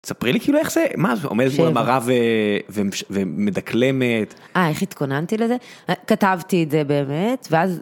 תספרי לי כאילו איך זה, מה, עומדת בולם ערב ומדקלמת. אה, איך התכוננתי לזה? כתבתי את זה באמת, ואז...